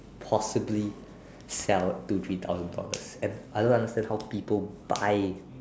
possibly sell two three thousands dollars and I don't understand how people buy